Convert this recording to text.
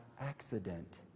accident